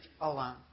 alone